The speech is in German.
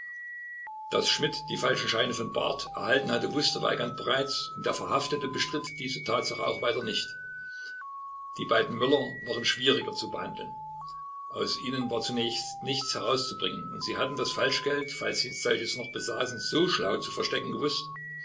daß schmidt die falschen scheine von barth erhalten hatte wußte weigand bereits und der verhaftete bestritt diese tatsache auch weiter nicht die beiden möller waren schwieriger zu behandeln aus ihnen war zunächst nichts herauszubringen und sie hatten das falschgeld falls sie solches noch besaßen so schlau zu verstecken gewußt